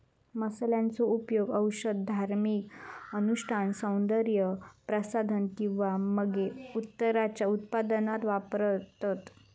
मसाल्यांचो उपयोग औषध, धार्मिक अनुष्ठान, सौन्दर्य प्रसाधन किंवा मगे उत्तराच्या उत्पादनात वापरतत